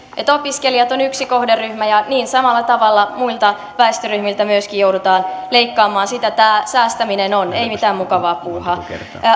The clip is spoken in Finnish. opiskelijat ovat yksi kohderyhmä ja samalla tavalla muilta väestöryhmiltä myöskin joudutaan leikkaamaan sitä tämä säästäminen on ei mitään mukavaa puuhaa